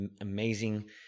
amazing